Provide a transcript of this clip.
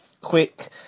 quick